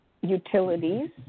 utilities